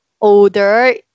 older